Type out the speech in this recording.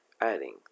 adding